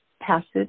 passage